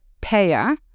payer